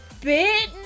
bit